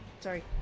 Sorry